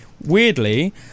Weirdly